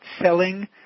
selling